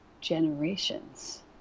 generations